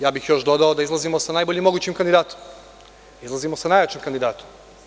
Ja bih još dodao da izlazimo sa najboljim mogućim kandidatom, izlazimo sa najjačim kandidatom.